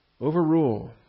Overrule